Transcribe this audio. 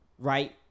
Right